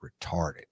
retarded